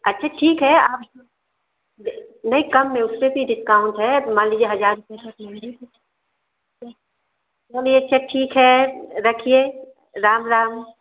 अच्छा ठीक है आप नहीं कम में उससे भी डिस्काउंट है मान लीजिए हज़ार रुपये चलिए अच्छा ठीक है रखिए राम राम